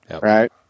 Right